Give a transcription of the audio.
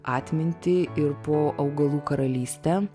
atmintį ir po augalų karalystę